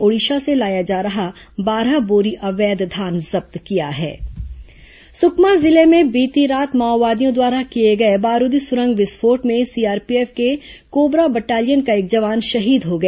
ओडिशा से लाया जा रहा बारह बोरी अवैध आईईडी विस्फोट सुकमा जिले में बीती रात माओवादियों द्वारा किए गए बारूदी सुरंग विस्फोट में सीआरपीएफ के कोबरा बटालियन का एक जवान शहीद हो गया